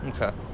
Okay